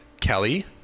Kelly